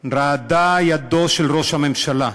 רעדה ידו של ראש הממשלה,